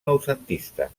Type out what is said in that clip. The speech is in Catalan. noucentista